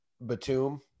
batum